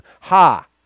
Ha